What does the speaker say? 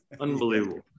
unbelievable